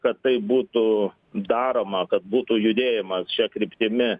kad tai būtų daroma kad būtų judėjimas šia kryptimi